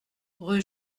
rue